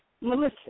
Melissa